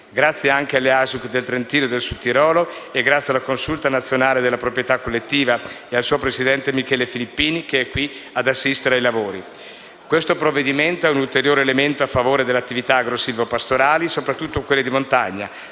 Grazie anche alle ASUC del Trentino e del Sudtirolo e grazie alla Consulta nazionale della proprietà collettiva e al suo presidente Michele Filippini, che è qui ad assistere ai lavori. Questo provvedimento è un ulteriore elemento a favore delle attività agro-silvo-pastorali, soprattutto quelle di montagna,